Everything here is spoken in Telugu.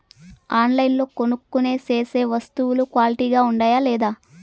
ఆన్లైన్లో కొనుక్కొనే సేసే వస్తువులు క్వాలిటీ గా ఉండాయా లేదా?